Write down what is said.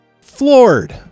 floored